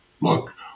look